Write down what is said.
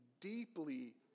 deeply